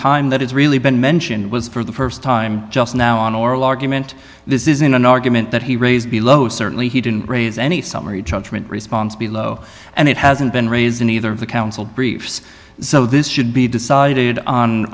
time that has really been mentioned was for the st time just now on oral argument this isn't an argument that he raised below certainly he didn't raise any summary judgment response below and it hasn't been raised in either of the council briefs so this should be decided on